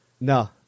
No